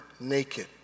naked